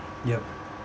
yup